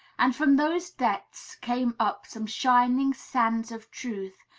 and from those depths came up some shining sands of truth,